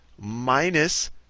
minus